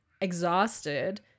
exhausted